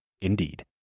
Indeed